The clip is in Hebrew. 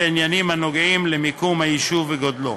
בעניינים הנוגעים למיקום היישוב וגודלו.